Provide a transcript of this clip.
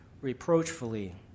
reproachfully